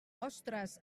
ostres